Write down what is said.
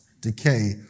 decay